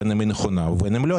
בין אם היא נכונה ובין אם לא.